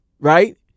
right